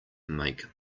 make